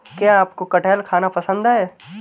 क्या आपको कठहल खाना पसंद है?